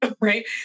right